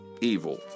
evil